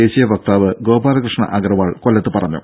ദേശീയ വക്താവ് ഗോപാലകൃഷ്ണ അഗർവാൾ കൊല്ലത്ത് പറഞ്ഞു